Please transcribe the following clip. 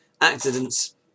accidents